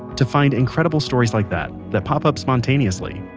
to find incredible stories like that that pop up spontaneously.